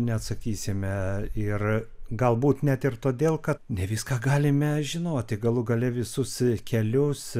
neatsakysime ir galbūt net ir todėl kad ne viską galime žinoti galų gale visus kelius